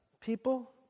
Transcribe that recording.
people